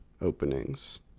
openings